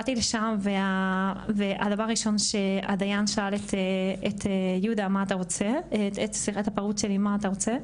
באתי לשם והדבר הראשון שהדיין שאל את הפרוד שלי מה אתה רוצה?